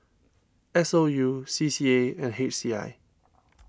S O U C C A and H C I